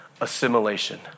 assimilation